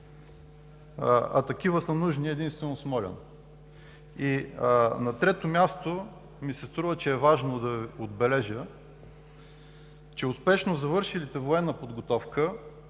а такива са нужни единствено в Смолян. И на трето място, ми се струва, че е важно да отбележа, че успешно завършилите военна подготовка